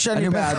פה